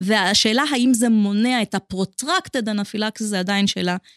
והשאלה האם זה מונע את הפרוטרקטד הנפילאקס, זה עדיין שאלה.